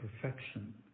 perfection